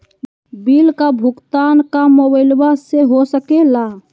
Bill का भुगतान का मोबाइलवा से हो सके ला?